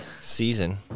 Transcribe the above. season